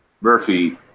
Murphy